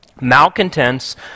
malcontents